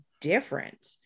different